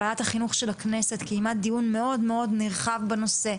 ועדת החינוך של הכנסת קיימה דיון נרחב מאוד בנושא,